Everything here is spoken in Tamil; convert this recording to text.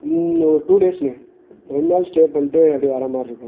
ஒரு டூ டேஸ்ண்ணே ரெண்டு நாள் ஸ்டே பண்ணிட்டு அப்டி வர்ற மாதி ரி இருக்கும்